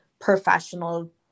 professional